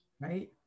right